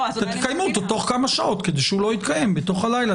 תקיימו אותו תוך כמה שעות כדי שלא יתקיים בלילה.